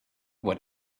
what